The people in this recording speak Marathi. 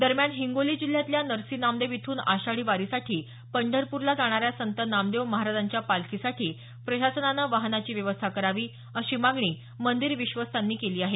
दरम्यान हिंगोली जिल्ह्यातल्या नरसी नमादेव इथून आषाढी वारीसाठी पंढरपूरला जाणाऱ्या संत नामदेव महाराजांच्या पालखीसाठी प्रशासनानं वाहनाची व्यवस्था करावी अशी मागणी मंदीर विश्वस्तांनी केली आहे